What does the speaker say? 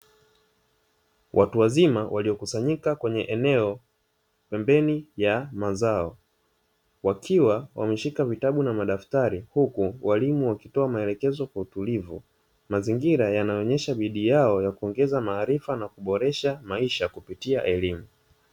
Watu wazima waliokusanyika kwenye eneo pembeni ya mazao wakiwa wameshika vitabu na madafutari, huku walimu wakitoa maelekezo kwa utulivu mazingira yanaonyesha bidii yao ya kuongeza maarifa na kuboresha maisha kupitia elimu.